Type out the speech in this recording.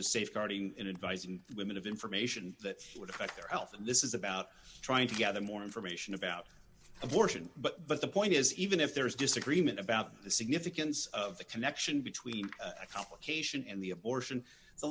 is safeguarding in advice and women have information that would affect their health and this is about trying to gather more information about abortion but the point is even if there is disagreement about the significance of the connection between a complication and the abortion the